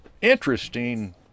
interesting